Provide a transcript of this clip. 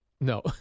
No